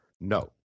No